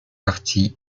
parti